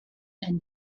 and